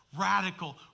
Radical